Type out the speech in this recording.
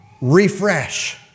refresh